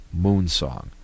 Moonsong